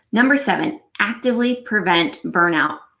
number seven actively prevent burnout.